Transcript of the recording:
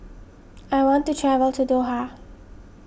I want to travel to Doha